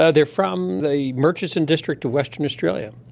ah they are from the murchison district of western australia,